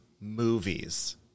movies